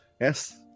yes